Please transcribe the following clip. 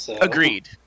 Agreed